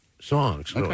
songs